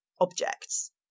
objects